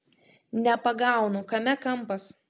nepagaunu kame kampas